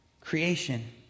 Creation